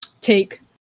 take